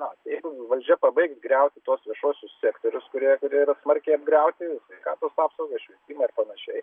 na tai jeigu valdžia pabaigs griauti tuos viešuosius sektorius kurie yra smarkiai apgriauti sveikatos apsaugą švietimą ir panašiai